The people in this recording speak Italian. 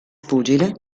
pugile